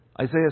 Isaiah